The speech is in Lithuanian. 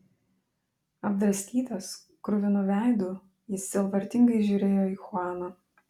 apdraskytas kruvinu veidu jis sielvartingai žiūrėjo į chuaną